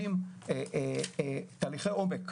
תהליכי עומק.